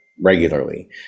regularly